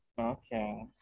Okay